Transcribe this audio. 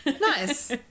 Nice